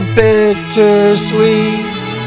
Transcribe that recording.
bittersweet